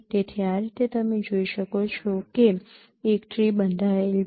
તેથી આ રીતે તમે જોઈ શકો છો કે એક ટ્રી બંધાયેલ છે